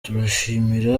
turashimira